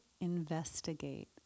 investigate